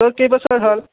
তোৰ কেই বছৰ হ'ল